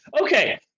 Okay